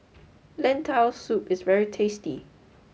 Lentil Soup is very tasty